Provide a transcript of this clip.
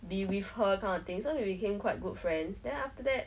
be with her kind of thing so we became quite good friends then after that